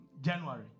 January